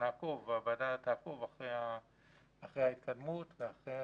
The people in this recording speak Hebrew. הוועדה תעקוב אחרי ההתקדמות.